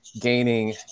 gaining